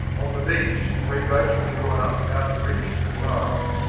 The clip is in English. on the beach three boats were drawn up out of reach of the tide,